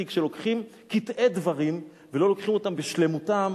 כי כשלוקחים קטעי דברים ולא לוקחים אותם בשלמותם,